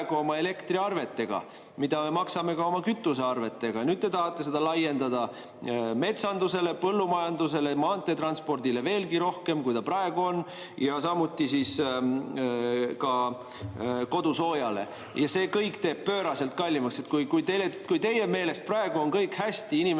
oma elektriarvetega, mida me maksame oma kütusearvetega. Nüüd te tahate seda laiendada metsandusele, põllumajandusele, maanteetranspordile veelgi rohkem, kui ta juba on, samuti kodusoojale. See kõik teeb pööraselt kallimaks. Kui teie meelest praegu on kõik hästi, inimestel